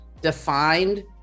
defined